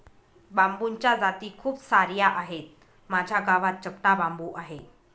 बांबूच्या जाती खूप सार्या आहेत, माझ्या गावात चपटा बांबू आहे